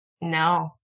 No